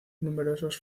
numerosos